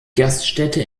gaststätte